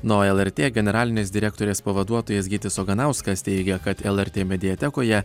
na o lrt generalinės direktorės pavaduotojas gytis oganauskas teigia kad lrt mediatekoje